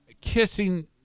kissing